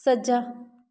ਸੱਜਾ